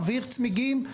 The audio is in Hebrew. מבעיר צמיגים,